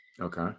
Okay